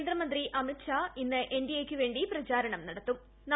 കേന്ദ്രമിത്തി അമിത് ഷാ ഇന്ന് N D A യ്ക്ക് വേണ്ടി പ്രചാരണം ന്ടത്തു്ം